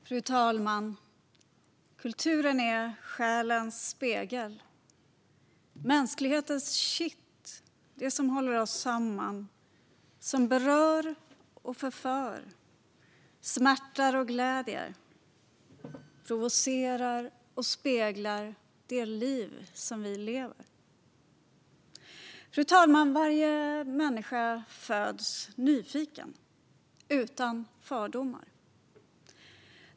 Fru talman! Kulturen är själens spegel. Den är mänsklighetens kitt - det som håller oss samman. Den berör och förför, smärtar och gläder, provocerar och speglar det liv vi lever. Fru talman! Varje människa föds nyfiken, utan fördomar.